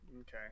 okay